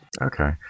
Okay